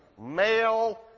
male